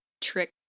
trick